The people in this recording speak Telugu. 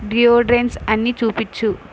డియోడ్రెన్స్ అన్ని చూపించు